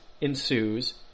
ensues